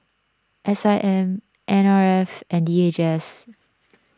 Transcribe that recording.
S I M N R F and D H S